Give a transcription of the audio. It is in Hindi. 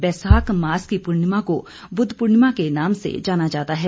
बैसाख मास की पूर्णिमा को बुद्ध पूर्णिमा के नाम से जाना जाता है